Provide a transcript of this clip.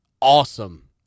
awesome